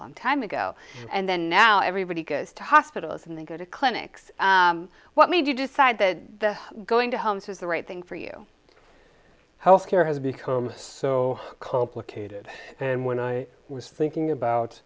long time ago and then now everybody goes to hospitals and they go to clinics what made you decide that the going to homes is the right thing for you health care has become so complicated and when i was thinking about